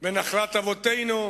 בנחלת אבותינו,